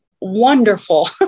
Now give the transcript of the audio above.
wonderful